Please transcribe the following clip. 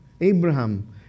Abraham